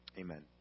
Amen